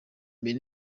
mbere